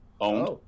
owned